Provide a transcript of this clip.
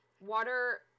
water